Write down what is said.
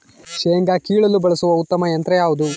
ಶೇಂಗಾ ಕೇಳಲು ಬಳಸುವ ಉತ್ತಮ ಯಂತ್ರ ಯಾವುದು?